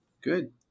Good